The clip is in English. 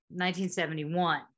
1971